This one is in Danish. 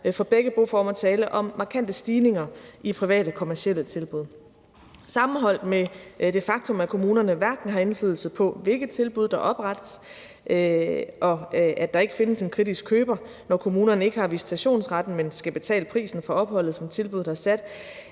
for begge boformer tale om markante stigninger i private kommercielle tilbud. Sammenholdt med det faktum, at kommunerne ikke har indflydelse på, hvilke tilbud der oprettes, og at der ikke findes en kritisk køber, når kommunerne ikke har visitationsretten, men skal betale prisen for opholdet, som tilbuddet har sat,